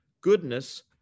goodness